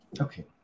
Okay